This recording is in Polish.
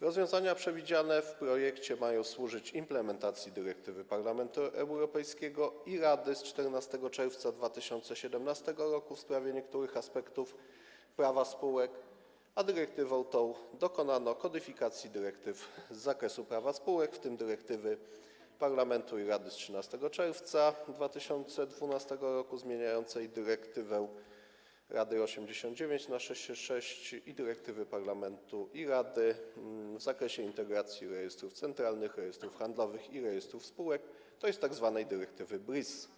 Rozwiązania przewidziane w projekcie mają służyć implementacji dyrektywy Parlamentu Europejskiego i Rady z 14 czerwca 2017 r. w sprawie niektórych aspektów prawa spółek, a dyrektywą tą dokonano kodyfikacji dyrektyw z zakresu prawa spółek, w tym dyrektywy Parlamentu i Rady z 13 czerwca 2012 r. zmieniającej dyrektywę Rady nr 89/666 i dyrektywy Parlamentu i Rady w zakresie integracji rejestrów centralnych, rejestrów handlowych i rejestrów spółek, tj. tzw. dyrektywy BRIS.